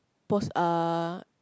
uh